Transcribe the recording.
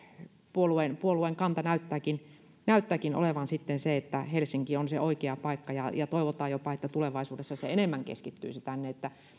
puolueen puolueen kanta näyttääkin näyttääkin olevan sitten se että helsinki on se oikea paikka ja toivotaan jopa että tulevaisuudessa se enemmän keskittyisi tänne